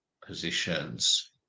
positions